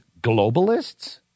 globalists